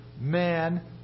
Man